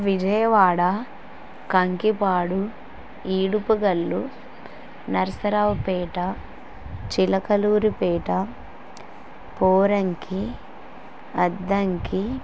Vijayawada Kankipadu Edupugallu Narasaraopet Chilakaluripet Poranki Addanki